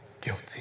guilty